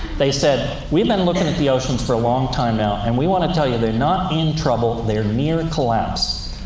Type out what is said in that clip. they said, we've been looking at the oceans for a long time now, and we want to tell you they're not in trouble, they're near and collapse.